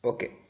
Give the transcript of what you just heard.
Okay